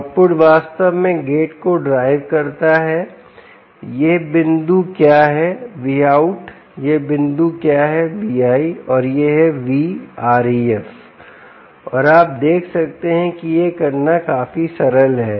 output वास्तव में gate को ड्राइव करता है यह बिंदु क्या है Vout यह बिंदु क्या है Vi और यह है VREF और आप देख सकते हैं कि यह करना काफी सरल है